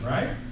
Right